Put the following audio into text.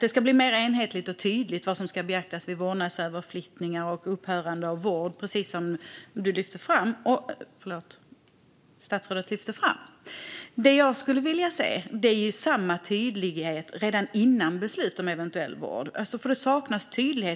det ska bli mer enhetligt och tydligt vad som ska beaktas vid vårdnadsöverflyttningar och upphörande av vård, precis som statsrådet lyfter fram. Det jag skulle vilja se är samma tydlighet redan innan beslut om eventuell vård, för det saknas tydlighet.